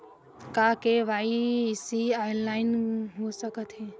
का KYC online हो सकथे?